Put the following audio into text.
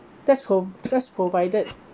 that's pro~ that's provided